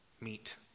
meet